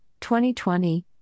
2020